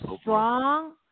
strong